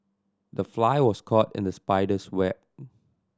the fly was caught in the spider's web